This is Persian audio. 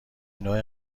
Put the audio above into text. نوع